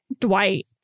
Dwight